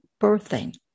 birthing